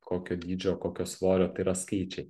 kokio dydžio kokio svorio tai yra skaičiai